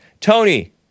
Tony